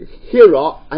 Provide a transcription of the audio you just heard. hero